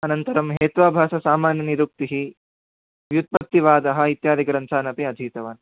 अनन्तरं हेत्वाभाससामान्यनिरुक्तिः व्युत्पत्तिवादः इत्यादिग्रन्थानपि अधीतवान्